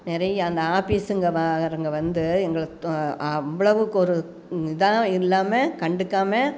நிறையா அந்த ஆபீஸுங்க காரங்க வந்து எங்களுக்கு அவ்வளவுக்கு ஒரு இதாக இல்லாமல் கண்டுக்காமல்